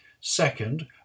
Second